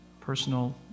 personal